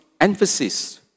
emphasis